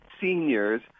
seniors